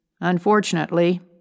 Unfortunately